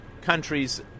countries